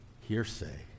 hearsay